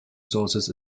sources